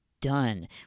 done